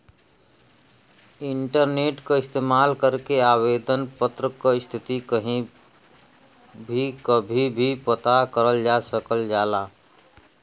internet क इस्तेमाल करके आवेदन पत्र क स्थिति कहीं भी कभी भी पता करल जा सकल जाला